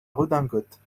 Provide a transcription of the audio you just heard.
redingote